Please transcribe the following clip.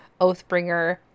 Oathbringer